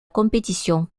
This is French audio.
compétition